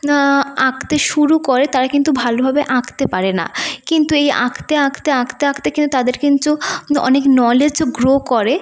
আঁকতে শুরু করে তারা কিন্তু ভালোভাবে আঁকতে পারে না কিন্তু এই আঁকতে আঁকতে আঁকতে আঁকতে কিন্তু তাদের কিন্তু অনেক নলেজও গ্রো করে